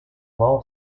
law